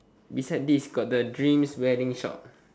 beside this got the dreams wedding shop